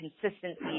consistency